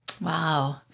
Wow